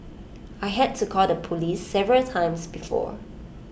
I had to call the Police several times before